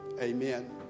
Amen